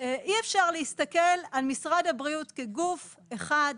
אפשר להסתכל על משרד הבריאות כגוף אחד,